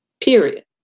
period